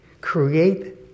create